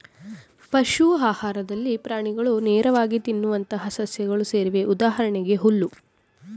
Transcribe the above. ಪಶು ಆಹಾರದಲ್ಲಿ ಪ್ರಾಣಿಗಳು ನೇರವಾಗಿ ತಿನ್ನುವಂತಹ ಸಸ್ಯಗಳು ಸೇರಿವೆ ಉದಾಹರಣೆಗೆ ಹುಲ್ಲು